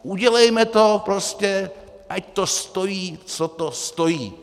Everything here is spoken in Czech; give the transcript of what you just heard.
Udělejme to prostě, ať to stojí co to stojí.